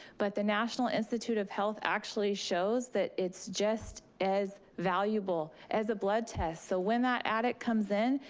but the national institute of health actually shows that it's just as valuable as a blood test. so when that addict comes in,